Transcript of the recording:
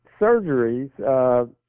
surgeries